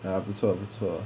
ya 不错不错